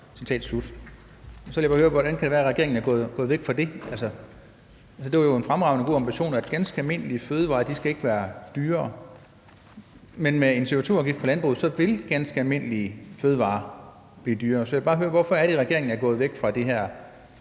Jeg vil bare høre, hvordan det kan være, regeringen er gået væk fra det. Altså, det var jo en fremragende og god ambition, at ganske almindelige fødevarer ikke skal være dyrere, men med en CO2-afgift på landbruget vil ganske almindelige fødevarer blive dyrere. Så jeg vil bare høre, hvorfor det er, regeringen er gået væk fra det her,